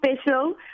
special